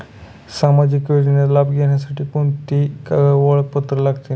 सामाजिक योजनेचा लाभ घेण्यासाठी कोणते ओळखपत्र लागते?